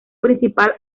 principal